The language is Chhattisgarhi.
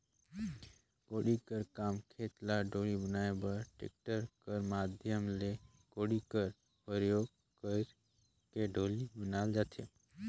कोड़ी कर काम खेत ल डोली बनाए बर टेक्टर कर माध्यम ले कोड़ी कर परियोग कइर के डोली बनाल जाथे